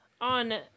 on